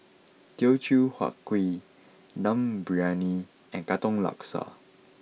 Teochew Huat Kuih Dum Briyani and Katong Laksa